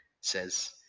says